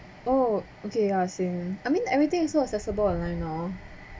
oh okay ya since I mean everything is so accessible online now